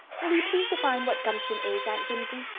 will you please define what gumption is, aunt jimsie?